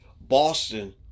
Boston